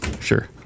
sure